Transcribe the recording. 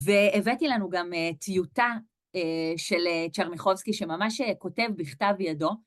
והבאתי לנו גם טיוטה של צ'רניחובסקי, שממש כותב בכתב ידו.